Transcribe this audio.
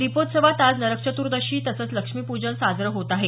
दीपोत्सवात आज नरकचतुर्दशी तसंच लक्ष्मीपूजन साजरं होत आहे